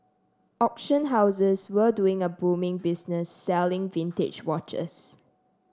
auction houses were doing a booming business selling vintage watches